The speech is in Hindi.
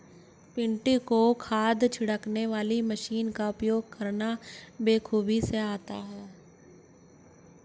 पिंटू को खाद छिड़कने वाली मशीन का उपयोग करना बेखूबी से आता है